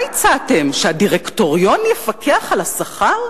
מה הצעתם, שהדירקטוריון יפקח על השכר?